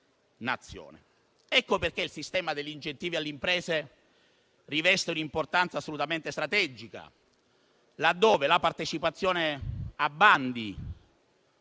Nazione. Ecco perché il sistema degli incentivi alle imprese riveste un'importanza assolutamente strategica, laddove la partecipazione a bandi